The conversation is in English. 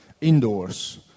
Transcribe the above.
indoors